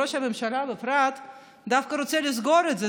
וראש הממשלה בפרט דווקא רוצה לסגור את זה,